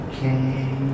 Okay